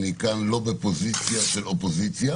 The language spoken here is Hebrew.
אני כאן לא בפוזיציה של אופוזיציה.